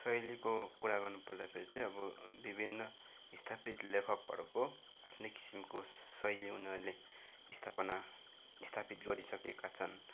शैलीको कुरा गर्नु पर्दाखेरि चाहिँ अब विभिन्न स्थापित लेखकहरूको आफ्नै किसिमको शैली उनीहरूले स्थापना स्थापित गरिसकेका छन्